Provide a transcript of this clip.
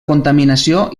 contaminació